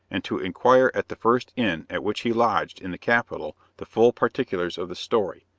and to inquire at the first inn at which he lodged in the capital the full particulars of the story.